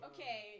Okay